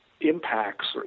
impacts